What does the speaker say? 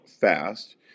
fast